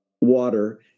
water